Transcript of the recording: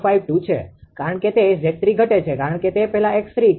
052 છે કારણ કે 𝑍3 ઘટે છે કારણ કે તે પહેલાં 𝑥30